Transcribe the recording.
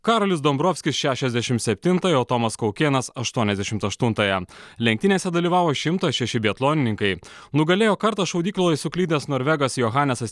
karolis dombrovskis šešiasdešim septintąją o tomas kaukėnas aštuoniasdešimt aštuntąją lenktynėse dalyvavo šimtas šeši biatlonininkai nugalėjo kartą šaudykloje suklydęs norvegas johanesas